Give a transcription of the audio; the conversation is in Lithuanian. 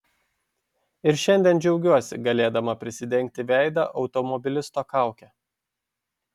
ir šiandien džiaugiuosi galėdama prisidengti veidą automobilisto kauke